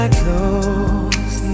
close